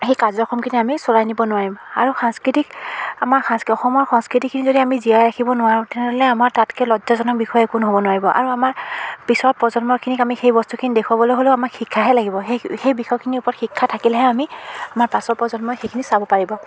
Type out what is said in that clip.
সেই কাৰ্যক্ৰমখিনি আমি চলাই নিব নোৱাৰিম আৰু সাংস্কৃতিক আমাৰ সাংস্কৃ অসমৰ সংস্কৃতিখিনি যদি আমি জীয়াই ৰাখিব নোৱাৰোঁ তেনেহ'লে আমাৰ তাতকৈ লজ্জাজনক বিষয় একো নহ'ব নোৱাৰিব আৰু আমাৰ পিছত প্ৰজন্মখিনিক আমি সেই বস্তুখিনি দেখুৱাবলৈ হ'লেও আমাক শিক্ষাহে লাগিব সেই সেই বিষয়খিনিৰ ওপৰত শিক্ষা থাকিলেহে আমি আমাৰ পাছৰ প্ৰজন্মই সেইখিনি চাব পাৰিব